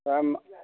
दाम